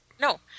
No